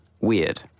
Weird